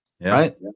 Right